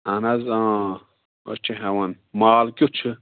اہن حظ اۭں أسۍ چھِ ہٮ۪وان مال کیُتھ چھُ